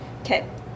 okay